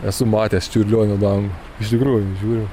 esu matęs čiurlionio dangų iš tikrųjų žiūriu